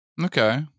Okay